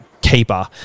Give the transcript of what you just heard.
keeper